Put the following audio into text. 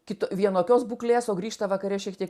kitu vienokios būklės o grįžta vakare šiek tiek